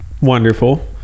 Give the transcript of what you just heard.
wonderful